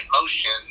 motion